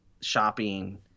shopping